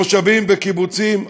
מושבים וקיבוצים,